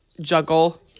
juggle